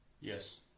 Yes